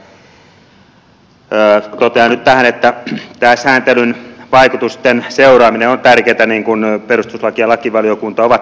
totean nyt tähän että tämä sääntelyn vaikutusten seuraaminen on tärkeätä niin kuin perustuslaki ja lakivaliokunta ovat todenneet